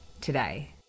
today